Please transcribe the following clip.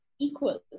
equal